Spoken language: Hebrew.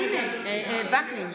לא, אי-אפשר לפי התקנון.